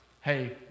hey